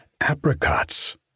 apricots